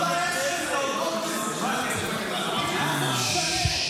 שנחטף לעזה ב-7